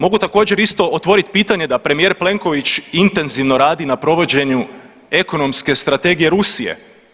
Mogu također isto otvorit pitanje da premijer Plenković intenzivno radi na provođenju ekonomske strategije Rusije.